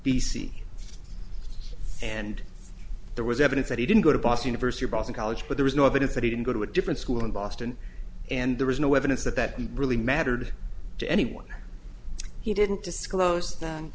c and there was evidence that he didn't go to boss university or boston college but there is no evidence that he didn't go to a different school in boston and there is no evidence that that really mattered to anyone he didn't disclose